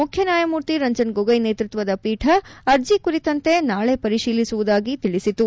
ಮುಖ್ಯನ್ಯಾಯಮೂರ್ತಿ ರಂಜನ್ ಗೋಗೊಯ್ ನೇತೃತ್ವದ ಪೀಠ ಅರ್ಜಿ ಕುರಿತಂತೆ ನಾಳೆ ಪರಿಶೀಲಿಸುವುದಾಗಿ ತಿಳಿಸಿತು